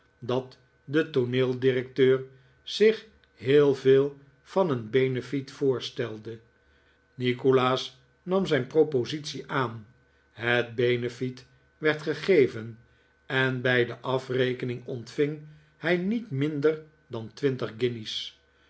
dat de tooneeldirecteur zich heel veel van een benefiet voorstelde nikolaas nam zijn propositie aan het benefiet werd gegeven en bij de afrekening ontving hij niet minder dan